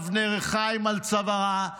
אבני ריחיים על צווארה,